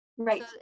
Right